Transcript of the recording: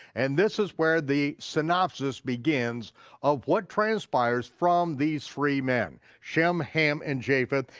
and this is where the synopsis begins of what transpires from these three men, shem, ham, and japheth,